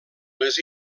les